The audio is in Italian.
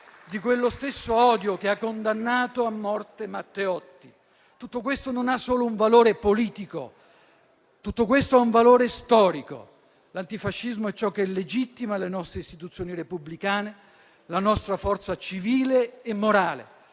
di quello stesso odio che ha condannato a morte Matteotti. Tutto questo non ha solo un valore politico: tutto questo ha un valore storico. L'antifascismo è ciò che legittima le nostre istituzioni repubblicane, la nostra forza civile e morale.